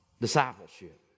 discipleship